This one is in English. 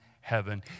heaven